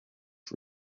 for